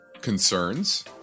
concerns